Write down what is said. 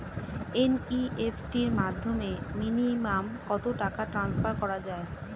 NEFT র মাধ্যমে minimum কত টাকা ট্রান্সফার করা যায়?